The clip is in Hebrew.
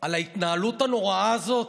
על ההתנהלות הנוראה הזאת?